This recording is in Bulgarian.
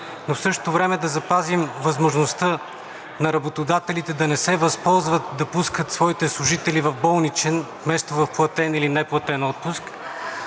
но в същото време да запазим възможността на работодателите да не се възползват да пускат своите служители в болничен, вместо в платен или неплатен отпуск.